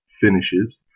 finishes